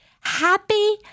happy